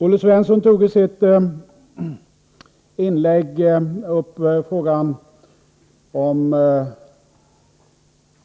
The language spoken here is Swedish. Olle Svensson tog i sitt inlägg upp frågan om